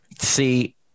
See